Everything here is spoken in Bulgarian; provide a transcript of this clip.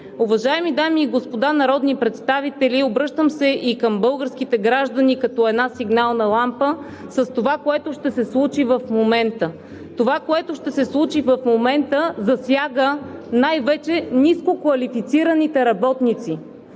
Уважаеми дами и господа народни представители, обръщам се към българските граждани, като една сигнална лампа, с това, което ще се случи в момента. Това, което ще се случи в момента, засяга най-вече ниско квалифицираните работници,